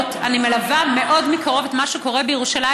הרפורמות אני מלווה מאוד מקרוב את מה שקורה בירושלים,